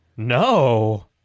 No